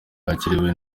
yakiriwe